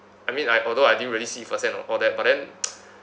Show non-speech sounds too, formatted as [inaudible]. I mean I although I didn't really see first hand of all that but then [noise]